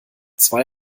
zwei